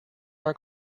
are